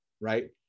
right